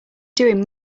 doing